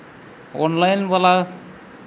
online ᱵᱟᱞᱟ